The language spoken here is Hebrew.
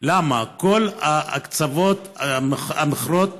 למה כל המחצבות והמכרות